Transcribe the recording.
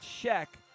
check